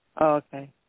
Okay